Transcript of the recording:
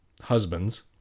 husbands